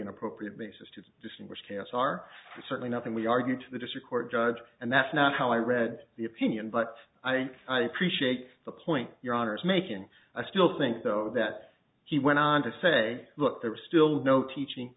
an appropriate basis to distinguish case are certainly nothing we argue to the district court judge and that's not how i read the opinion but i think i appreciate the point your honor is making i still think though that he went on to say look there is still no teaching